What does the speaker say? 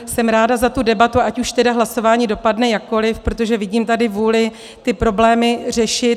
Jsem ráda za tu debatu, ať už hlasování dopadne jakkoliv, protože vidím tady vůli ty problémy řešit.